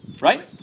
Right